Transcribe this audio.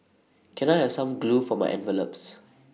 can I have some glue for my envelopes